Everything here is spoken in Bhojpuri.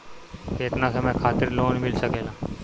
केतना समय खातिर लोन मिल सकेला?